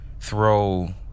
throw